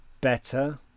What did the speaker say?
better